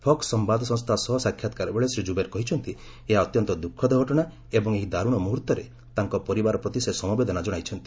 ଫକୁ ସମ୍ଭାଦସଂସ୍ଥା ସହ ସାକ୍ଷାତକାରବେଳେ ଶ୍ରୀ ଜୁବୈର କହିଛନ୍ତି ଏହା ଅତ୍ୟନ୍ତ ଦ୍ୟୁଖଦ ଘଟଣା ଏବଂ ଏହି ଦାର୍ଚ୍ଚଣ ମୁହର୍ତ୍ତରେ ତାଙ୍କ ପରିବାର ପ୍ରତି ସେ ସମବେଦନା ଜଣାଇଛନ୍ତି